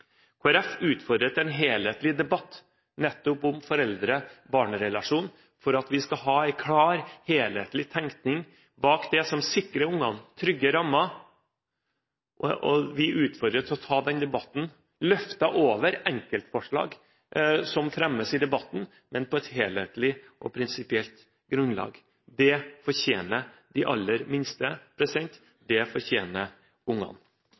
en helhetlig debatt nettopp om foreldre-barn-relasjonen for at vi skal ha en klar, helhetlig tenkning bak det som sikrer barna trygge rammer, og vi utfordrer til å ta den debatten – løftet over enkeltforslag som fremmes i debatten – på et helhetlig og prinsipielt grunnlag. Det fortjener de aller minste,